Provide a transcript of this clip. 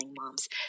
moms